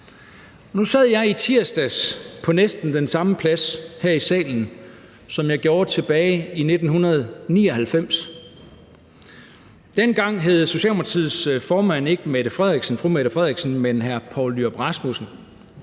Nu sad jeg i tirsdags her i salen på næsten den samme plads, som jeg havde tilbage i 1999. Dengang hed Socialdemokratiets formand ikke fru Mette Frederiksen, men hr. Poul Nyrup Rasmussen.